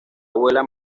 abuela